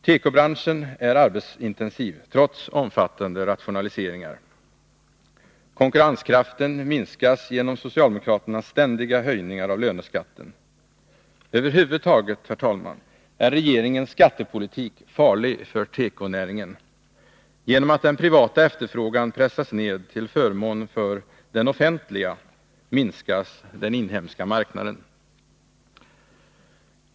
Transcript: Tekobranschen är arbetsintensiv, trots omfattande rationaliseringar. Konkurrenskraften minskas genom socialdemokraternas ständiga höjningar av löneskatten. Över huvud taget är regeringens skattepolitik farlig för tekonäringen. Genom att den privata efterfrågan pressas ned till förmån för den offentliga minskas den inhemska marknaden.